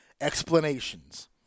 explanations